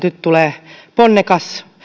nyt tulee ponnekas